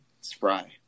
spry